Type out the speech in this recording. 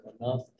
enough